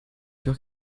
sûr